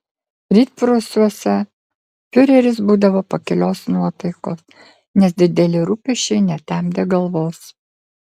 rytprūsiuose fiureris būdavo pakilios nuotaikos nes dideli rūpesčiai netemdė galvos